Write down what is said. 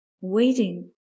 waiting